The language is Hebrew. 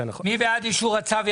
מי בעד אישור הצו?